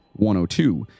102